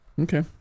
Okay